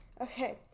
okay